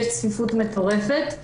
יש צפיפות מטורפת.